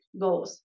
goals